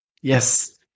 Yes